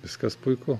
viskas puiku